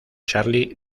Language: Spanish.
charly